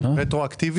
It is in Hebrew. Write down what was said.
רטרואקטיבית?